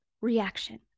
reaction